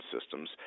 systems